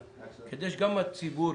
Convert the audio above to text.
שאלה כדי שגם הציבור,